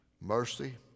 mercy